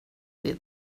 det